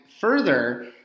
further